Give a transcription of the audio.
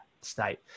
state